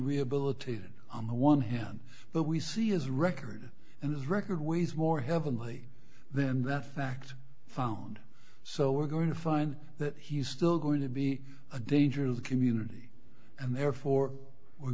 rehabilitated on the one hand but we see his record and his record weighs more heavily than that fact phone so we're going to find that he's still going to be a danger to the community and therefore we're